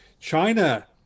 china